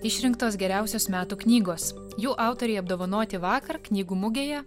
išrinktos geriausios metų knygos jų autoriai apdovanoti vakar knygų mugėje